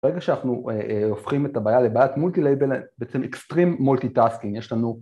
ברגע שאנחנו הופכים את הבעיה לבעיית מולטילייבל, בעצם אקסטרים מולטיטאסקינג, יש לנו